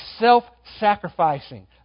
self-sacrificing